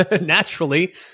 naturally